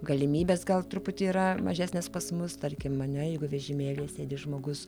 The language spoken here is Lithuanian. galimybės gal truputį yra mažesnės pas mus tarkim ane jeigu vežimėlyje sėdi žmogus